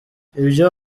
ibyo